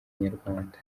inyarwanda